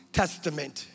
testament